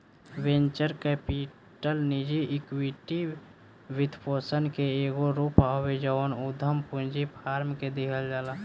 venture capital निजी equity वित्तपोषण के एगो रूप हवे जवन उधम पूंजी फार्म के दिहल जाला